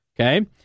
okay